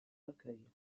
recueille